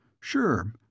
Sure